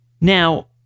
Now